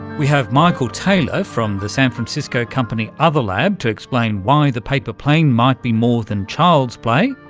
we have mikell taylor from the san francisco company otherlab to explain why the paper plane might be more than child's play.